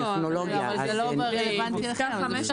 זה לא רלוונטי לכם.